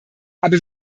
aber